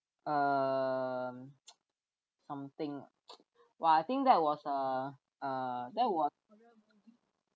um something ah !wah! I think that was uh uh that was